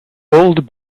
old